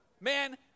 Man